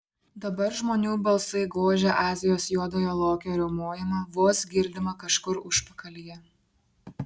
dabar žmonių balsai gožė azijos juodojo lokio riaumojimą vos girdimą kažkur užpakalyje